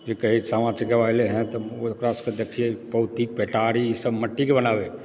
जे कहय सामा चकेवा एलै हँ तऽ ओकरा सबके देखियै पौती पेटारी ईसभ माटि कऽ बनाबै